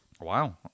wow